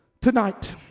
tonight